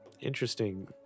interesting